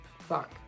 fuck